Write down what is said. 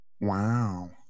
Wow